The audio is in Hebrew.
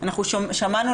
אנחנו שומעות